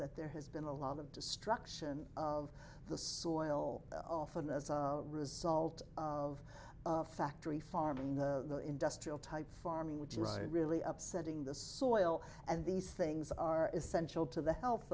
that there has been a lot of destruction of the soil often as a result of factory farming in the industrial type farming which is a really upsetting this soil and these things are essential to the health